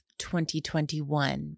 2021